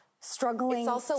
Struggling